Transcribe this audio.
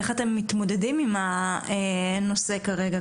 איך אתם מתמודדים עם הנושא כרגע,